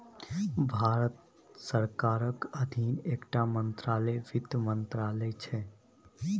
भारत सरकारक अधीन एकटा मंत्रालय बित्त मंत्रालय छै